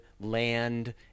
land